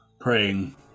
praying